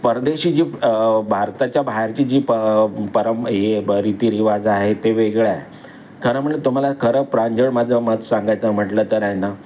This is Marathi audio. परदेशी जी भारताच्या बाहेरची जी प पर हे रीतीरिवाज आहे ते वेगळं आहे खरं म्हणलं तुम्हाला खरं प्रांजळ माझं मत सांगायचं म्हटलं तर